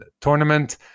tournament